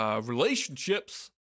Relationships